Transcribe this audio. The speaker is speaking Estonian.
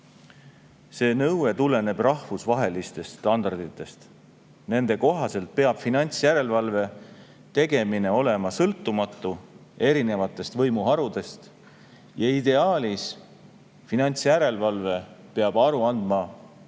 See nõue tuleneb rahvusvahelistest standarditest. Nende kohaselt peab finantsjärelevalve olema sõltumatu erinevatest võimuharudest ja ideaalis peab finantsjärelevalve aru andma otse